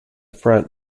front